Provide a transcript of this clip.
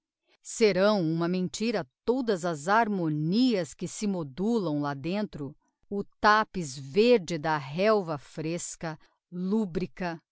serão uma mentira todas as harmonias que se modulam lá dentro o tapiz verde da relva fresca lubrica